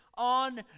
on